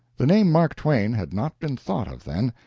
the name mark twain had not been thought of then,